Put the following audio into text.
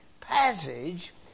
passage